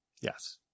Yes